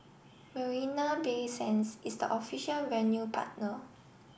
Marina Bay Sands is the official venue partner